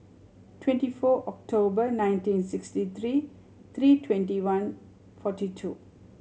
twenty four October nineteen sixty three three twenty one forty two